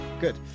Good